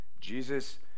Jesus